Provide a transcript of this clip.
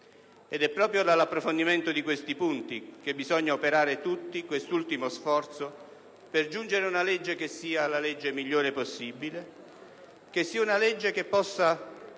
partendo dall'approfondimento di questi punti bisogna operare tutti quest'ultimo sforzo per giungere a una legge che sia la migliore possibile; una legge che possa